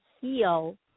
heal